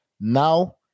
Now